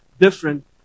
different